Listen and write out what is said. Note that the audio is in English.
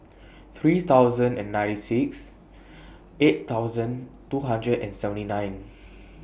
three thousand and ninety six eight thousand two hundred and seventy nine